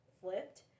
flipped